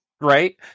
right